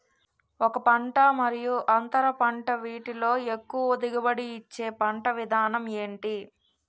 ఒక పంట మరియు అంతర పంట వీటిలో ఎక్కువ దిగుబడి ఇచ్చే పంట విధానం ఏంటి?